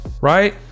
right